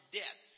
death